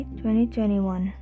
2021